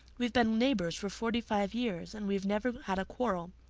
we've been neighbors for forty-five years and we've never had a quarrel.